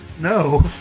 no